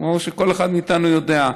כמו שכל אחד מאיתנו יודע,